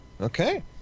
Okay